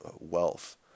wealth